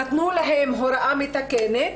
נתנו להן הוראה מתקנת,